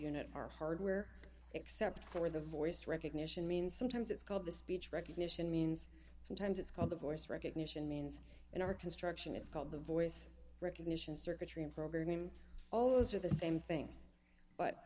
unit are hardware except for the voice recognition means sometimes it's called the speech recognition means sometimes it's called the voice recognition means in our construction it's called the voice recognition circuitry in programming all those are the same thing but